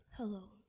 Hello